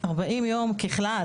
40 יום ככלל,